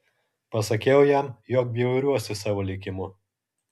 pasakiau jam jog bjauriuosi savo likimu